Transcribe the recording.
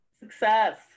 Success